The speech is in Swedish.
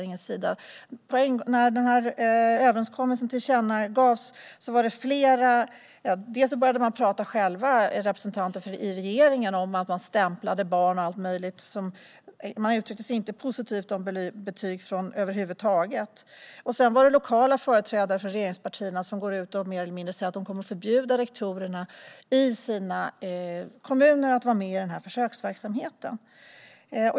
När överenskommelsen tillkännagavs började regeringsrepresentanter dels prata själva om att man stämplade barn och allt möjligt och man uttryckte sig inte positivt om betyg över huvud taget. Dels går lokala företrädare för regeringspartierna ut och mer eller mindre säger att de kommer att förbjuda rektorerna i sina kommuner att vara med i den här försöksverksamheten.